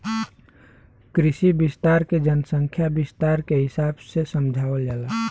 कृषि विस्तार के जनसंख्या विस्तार के हिसाब से समझावल जाला